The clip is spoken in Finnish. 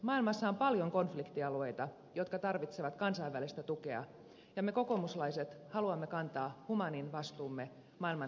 maailmassa on paljon konfliktialueita jotka tarvitsevat kansainvälistä tukea ja me kokoomuslaiset haluamme kantaa humaanin vastuumme maailman hädänalaisista